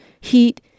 heat